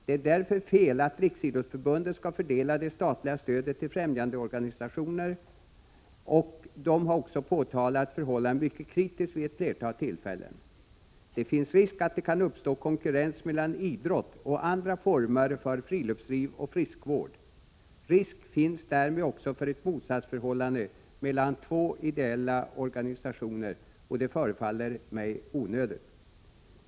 Det är därför fel att Riksidrottsförbundet skall fördela det statliga stödet till främjandeorganisationerna, och dessa har också mycket kritiskt påtalat detta förhållande vid flera tillfällen. Det finns risk för att det kan uppstå konkurrens mellan idrott och andra former för friluftsliv och friskvård. Risk finns därmed också för ett motsatsförhållande mellan två ideella organisationer, och det förefaller mig onödigt.